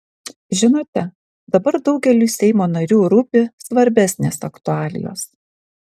žinote dabar daugeliui seimo narių rūpi svarbesnės aktualijos